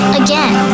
again